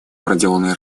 проделанной